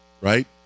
right